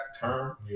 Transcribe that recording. term